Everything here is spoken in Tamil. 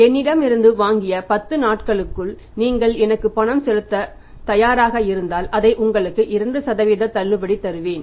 என்னிடமிருந்து வாங்கிய 10 நாட்களுக்குள் நீங்கள் எனக்கு பணம் கொடுக்கத் தயாராக இருந்தால் அதை உங்களுக்குக் 2 தள்ளுபடி தருவேன்